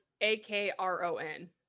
A-K-R-O-N